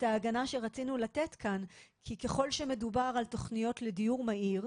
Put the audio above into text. ההגנה שרצינו לתת כאן כי ככל שמדובר על תכניות לדיור מהיר,